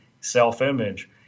self-image